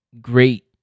great